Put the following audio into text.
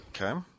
Okay